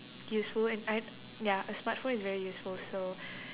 useful and I ya a smartphone is very useful so